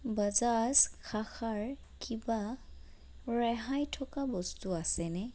বজাজ শাখাৰ কিবা ৰেহাই থকা বস্তু আছেনে